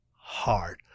hard